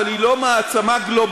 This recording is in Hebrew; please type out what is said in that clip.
אבל היא לא מעצמה גלובלית,